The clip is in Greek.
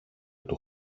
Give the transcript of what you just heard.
του